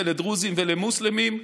לדרוזים ולמוסלמים,